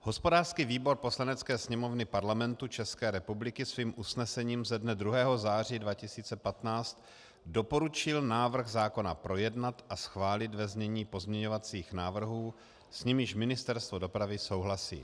Hospodářský výbor Poslanecké sněmovny Parlamentu České republiky svým usnesením ze dne 2. září 2015 doporučil návrh zákona projednat a schválit ve znění pozměňovacích návrhů, s nimiž Ministerstvo dopravy souhlasí.